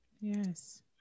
Yes